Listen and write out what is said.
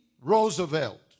Roosevelt